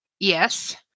Yes